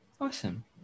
awesome